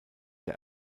der